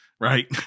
right